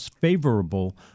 favorable